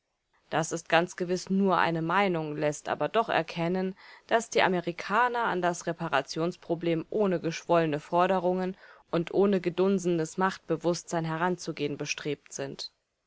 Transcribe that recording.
das ist ganz gewiß nur eine meinung läßt aber doch erkennen daß die amerikaner an das reparationsproblem ohne geschwollene forderungen und ohne gedunsenes machtbewußtsein heranzugehen bestrebt sind